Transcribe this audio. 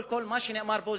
כל מה שנאמר כאן,